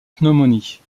pneumonie